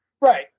Right